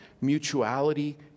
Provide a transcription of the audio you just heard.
mutuality